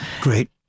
Great